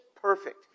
perfect